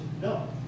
no